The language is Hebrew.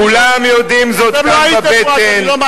שכולם יודעים זאת כאן בבטן.